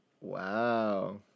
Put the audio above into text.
Wow